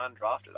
undrafted